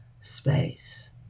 Space